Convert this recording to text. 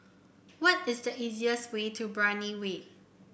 why is the easiest way to Brani Way